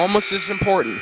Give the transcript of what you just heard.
almost as important